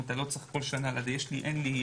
אתה לא צריך כל שנה לדאוג יש לי או אין לי.